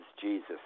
Jesus